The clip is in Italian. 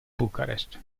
bucarest